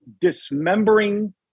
dismembering